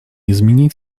изменить